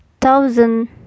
thousand